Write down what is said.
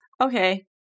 okay